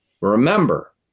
remember